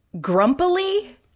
grumpily